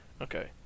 Okay